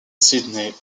sydney